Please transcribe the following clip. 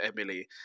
emily